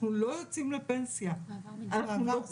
אנחנו לא יוצאים לפנסיה, אנחנו לא פורשים.